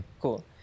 cool